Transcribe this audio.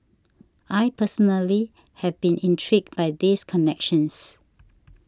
I personally have been intrigued by these connections